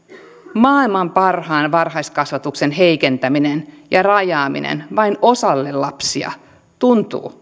maailman parhaan varhaiskasvatuksen heikentäminen ja rajaaminen vain osalle lapsia tuntuu